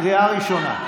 קריאה ראשונה.